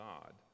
God